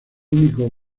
único